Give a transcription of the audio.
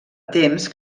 temps